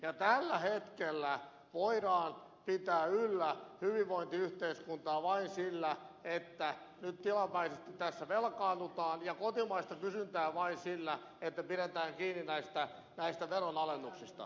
tällä hetkellä voidaan pitää yllä hyvinvointiyhteiskuntaa vain sillä että nyt tilapäisesti tässä velkaannutaan ja kotimaista kysyntää vain sillä että pidetään kiinni näistä veronalennuksista